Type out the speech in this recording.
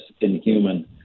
inhuman